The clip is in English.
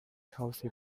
healthy